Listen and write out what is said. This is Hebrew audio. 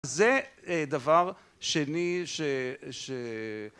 זה דבר שני ש, ש...